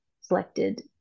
selected